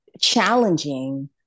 Challenging